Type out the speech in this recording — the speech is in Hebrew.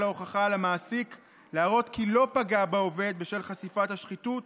ההוכחה למעסיק להראות כי לא פגע בעובד בשל חשיפת השחיתות